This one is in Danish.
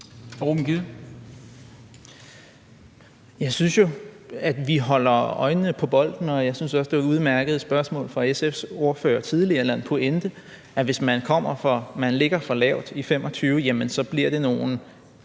Jeg synes jo, at vi holder øjnene på bolden, og jeg synes også, at det var et udmærket spørgsmål fra SF's ordfører tidligere, eller en pointe, nemlig at hvis man ligger for lavt i 2025, jamen så bliver det nogle